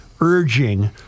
urging